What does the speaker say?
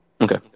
Okay